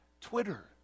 Twitter